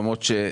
למרות ש-,